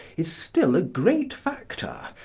is still a great factor,